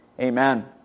Amen